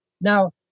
now